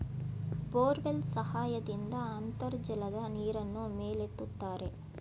borewell ಸಹಾಯದಿಂದ ಅಂತರ್ಜಲದ ನೀರನ್ನು ಮೇಲೆತ್ತುತ್ತಾರೆ